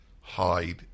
hide